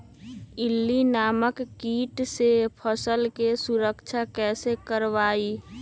इल्ली नामक किट से फसल के सुरक्षा कैसे करवाईं?